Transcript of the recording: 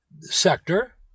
sector